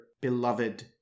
beloved